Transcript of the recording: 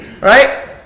right